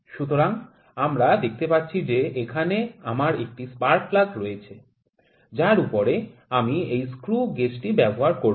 সুতরাং আমরা দেখতে পাচ্ছি যে এখানে আমার একটি স্পার্ক প্লাগ রয়েছে যার উপরে আমি এই স্ক্রু গেজটি ব্যবহার করব